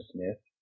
Smith